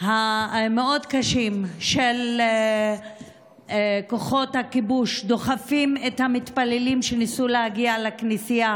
המאוד-קשים של כוחות הכיבוש הדוחפים את המתפללים שניסו להגיע לכנסייה,